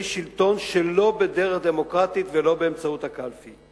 שלטון שלא בדרך דמוקרטית ולא באמצעות הקלפי.